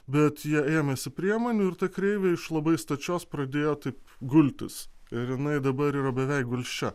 bet jie ėmėsi priemonių ir ta kreivė iš labai stačios pradėjo taip gultis ir jinai dabar yra beveik gulsčia